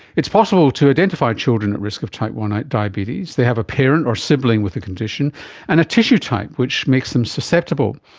it's possible to identify children at risk of type one diabetes. they have a parent or sibling with the condition and a tissue-type which makes them susceptible.